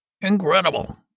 Incredible